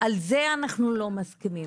על זה אנחנו לא מסכימים.